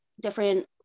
different